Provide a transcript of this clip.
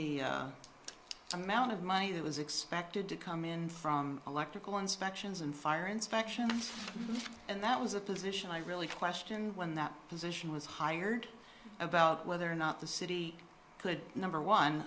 the amount of money that was expected to come in from electrical inspections and fire inspection and that was a position i really questioned when that position was hired about whether or not the city could number one